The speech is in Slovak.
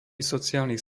sociálnych